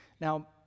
Now